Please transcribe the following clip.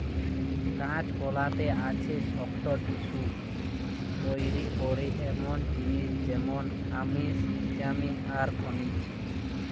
কাঁচকলাতে আছে শক্ত টিস্যু তইরি করে এমনি জিনিস যেমন আমিষ, ভিটামিন আর খনিজ